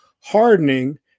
hardening